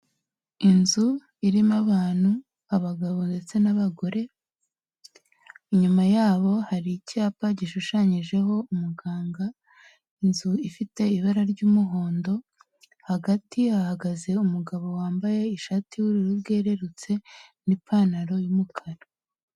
Inzu irimo abantu abagabo ndetse n'abagore, inyuma yabo hari icyapa gishushanyijeho umuganga. Inzu ifite ibara ry'umuhondo, hagati hahagaze umugabo wambaye ishati y'ubururu bwerererutse n'ipantaro y'umukara.